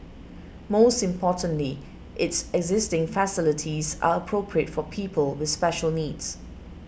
most importantly its existing facilities are appropriate for people with special needs